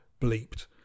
bleeped